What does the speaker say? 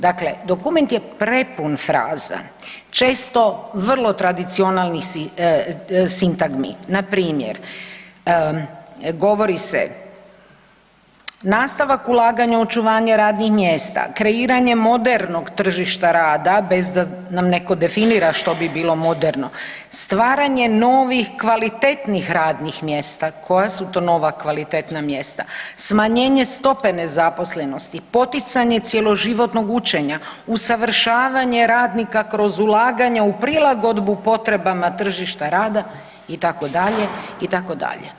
Dakle, dokument je prepun fraza, često vrlo tradicionalnih sintagmi, npr. govori se nastavak ulaganja, očuvanje radnih mjesta, kreiranje modernog tržišta rada bez da nam neko definira što bi bilo moderno, stvaranje novih kvalitetnih radnih mjesta, koja su to nova kvalitetna mjesta, smanjenje stope nezaposlenosti, poticanje cjeloživotnog učenja, usavršavanje radnika kroz ulaganja u prilagodbu potrebama tržišta rada itd., itd.